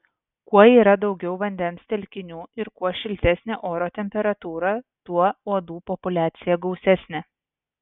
kuo yra daugiau vandens telkinių ir kuo šiltesnė oro temperatūra tuo uodų populiacija gausesnė